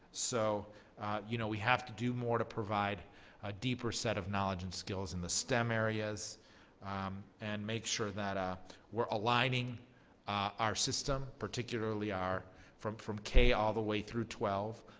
so you know we have to do more to provide a deeper set of knowledge and skills in the stem areas and make sure that ah we're aligning our system, particularly from from k all the way through twelve,